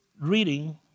reading